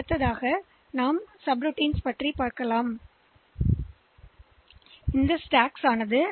இப்போது நாம் சப்ரூட்டீனை செயல்படுத்தப் போகும்போது இது அடுக்குகள் பயனுள்ளதாக இருக்கும்